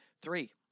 three